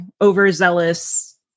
overzealous